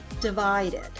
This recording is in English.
divided